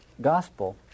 gospel